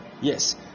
yes